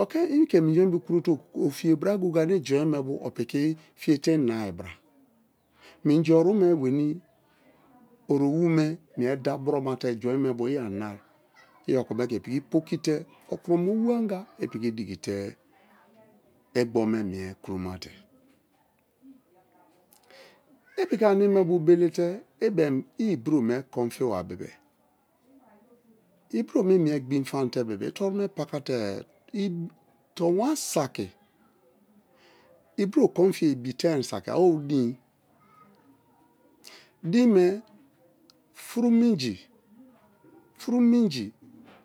Oke i̱ke mi̱nji̱ me bo krote ofeye bra goye-goye ane jum me bo̱ opiki fiye te̱ nai bra minji oru me meni ori owu me mie da bromate juin me bo i ani nia i okome ke piki poki te okroma owu anga i piki diki te igbo me mie kromate i piki ane me̱ bo̱ belete̱ i bien i ibro me kon fiba bebe-e ibro me imie gbin famate i turo me pakate-e tonwa saki ibro kon fiye ibitein saki o̱ din din me furu minji fun minji